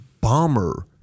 bomber